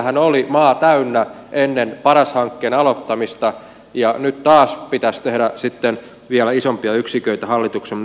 niitähän oli tavallaan maa täynnä ennen paras hankkeen aloittamista ja nyt taas pitäisi tehdä sitten vielä isompia yksiköitä hallituksen mielestä